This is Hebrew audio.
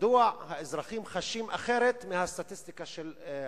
מדוע האזרחים חשים אחרת מהסטטיסטיקה של המשרד?